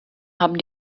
haben